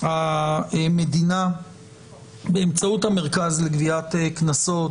שהמדינה באמצעות המרכז לגביית קנסות,